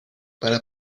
para